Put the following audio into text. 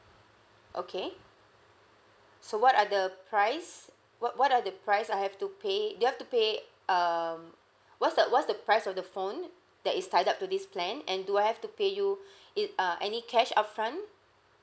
okay so what are the price what what are the price I have to pay do you have to pay um what's the what's the price of the phone that is tied up to this plan and do I have to pay you it uh any cash up front